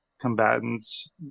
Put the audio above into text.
combatants